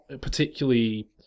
particularly